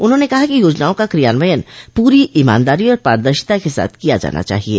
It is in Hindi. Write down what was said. उन्होंने कहा कि योजनाओं का क्रियान्वयन पूरी ईमानदारी आर पारदर्शिता के साथ किया जाना चाहिये